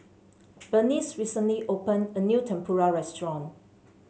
Berniece recently opened a new Tempura restaurant